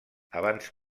abans